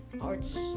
arts